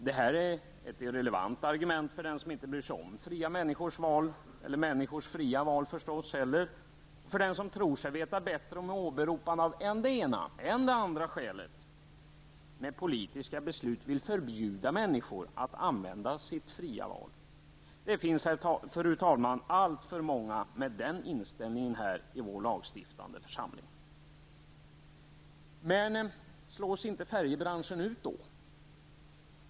Detta är ett irrelevant argument för den som inte bryr sig om fria människors val och inte heller människors fria val, för den som tror sig veta bättre och som med åberopande av än det ena än det andra skälet försöker med politiska beslut förbjuda människor att använda sitt fria val utgör. Det finns, fru talman, alltför många med den inställningen här i vår lagstiftande församling. Slås inte färjebranschen ut då?